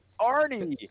Arnie